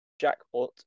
jackpot